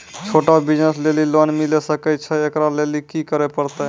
छोटा बिज़नस लेली लोन मिले सकय छै? एकरा लेली की करै परतै